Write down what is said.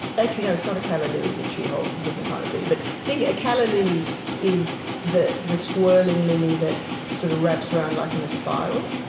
actually, no, it's not a calla lily that she holds. it's a different kind of lily. but think a calla lily is the the swirling lily that sort of wraps around like in a spiral.